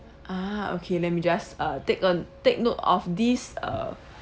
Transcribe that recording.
ah okay let me just uh take a take note of this uh